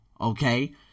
okay